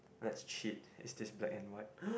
let's cheat is this black and white